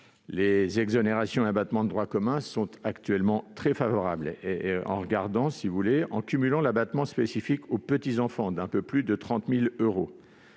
Les exonérations et abattements de droit commun sont actuellement très favorables. Par exemple, en cumulant l'abattement spécifique aux petits-enfants d'un peu plus de 30 000 euros